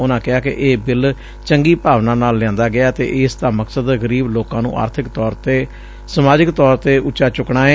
ਉਨੂਾਂ ਕਿਹਾ ਕਿ ਇਹ ਬਿੱਲ ਚੰਗੀ ਭਾਵਨਾ ਨਾਲ ਲਿਆਂਦਾ ਗਿਐ ਅਤੇ ਇਸ ਦਾ ਮਕਸਦ ਗਰੀਬ ਲੋਕਾਂ ਨੂੰ ਆਰਥਿਕ ਤੇ ਸਮਾਜਿਕ ਤੌਰ ਤੇ ਉੱਚਾ ਚੁੱਕਣਾ ਏ